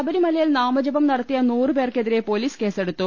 ശബരിമലയിൽ നാമജപം നടത്തിയ നൂറ് പേർക്കെതിരെ പോലീസ് കേസെടുത്തു